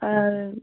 আর